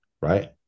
right